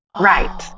Right